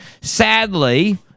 Sadly